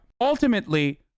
Ultimately